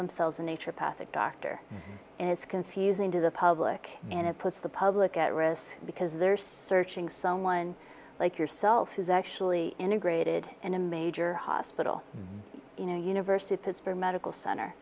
themselves a nature path a doctor and it's confusing to the public and it puts the public at risk because they're searching someone like yourself who's actually integrated in a major hospital you know university of pittsburgh medical cent